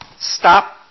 stop